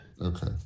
Okay